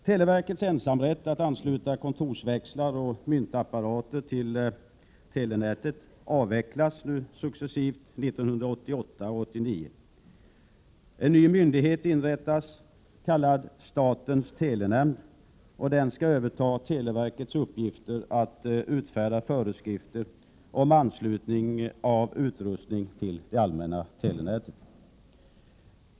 Televerkets ensamrätt att ansluta kontorsväxlar och myntapparater till telenätet avvecklas nu successivt under 1988 och 1989. En ny myndighet inrättas, kallad statens telenämnd, och den skall överta televerkets uppgifter att utfärda föreskrifter om anslutning av utrustning till det allmänna telenätet.